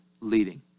leading